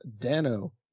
Dano